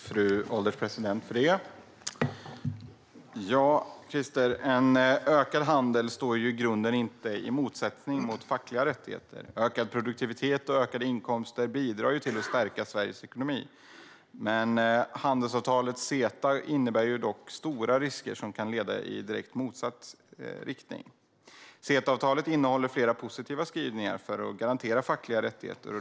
Fru ålderspresident! Krister, en ökad handel står i grunden inte i motsättning till fackliga rättigheter. Ökad produktivitet och ökade inkomster bidrar till att stärka Sveriges ekonomi. Handelsavtalet CETA innebär dock stora risker och kan leda i direkt motsatt riktning. CETA-avtalet innehåller flera positiva skrivningar för att garantera fackliga rättigheter.